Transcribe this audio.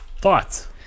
Thoughts